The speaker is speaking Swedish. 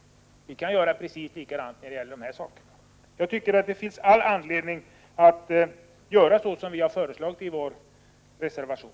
Vi kan göra precis likadant när det gäller de produkter som vi nu diskuterar. Jag tycker att det finns all anledning att göra så som vi har föreslagit i vår reservation.